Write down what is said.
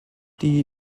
die